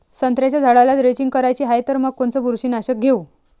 संत्र्याच्या झाडाला द्रेंचींग करायची हाये तर मग कोनच बुरशीनाशक घेऊ?